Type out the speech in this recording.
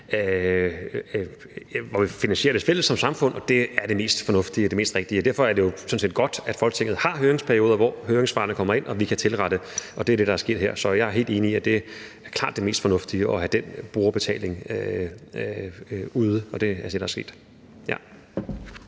hvor vi finansierer det fælles som samfund, og det er det mest fornuftige og det mest rigtige. Derfor er det jo sådan set godt, at Folketinget har høringsperioder, hvor høringssvarene kommer ind og vi kan tilrette, og det er det, der er sket her. Så jeg er helt enig i, at det er klart det mest fornuftige at have den brugerbetaling ude, og det er det, der er sket.